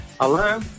hello